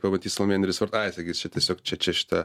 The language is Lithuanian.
pamatys salomėja nėris ir ai sakys čia tiesiog čia čia šita